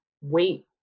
wait